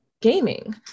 gaming